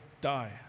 die